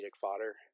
fodder